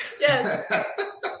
Yes